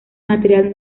material